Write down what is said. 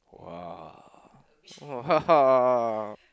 !wah! !wah!